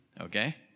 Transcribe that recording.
okay